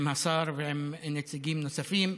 עם השר ועם נציגים נוספים,